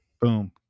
boom